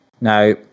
Now